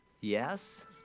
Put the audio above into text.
yes